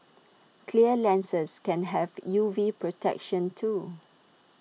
clear lenses can have U V protection too